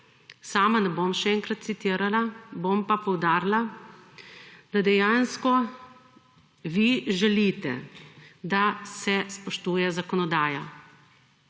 Sama ne bom še enkrat citirala, bom pa poudarila, da dejansko vi želite, da se spoštuje zakonodaja.